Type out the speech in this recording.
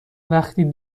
وقتی